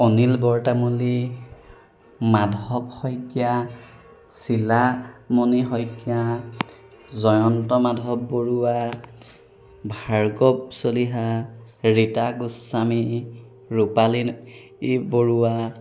অনিল বৰতামুলী মাধৱ শইকীয়া চিলামণি শইকীয়া জয়ন্ত মাধৱ বৰুৱা ভাৰ্গৱ চলিহা ৰীতা গোস্বামী ৰূপালীন ই বৰুৱা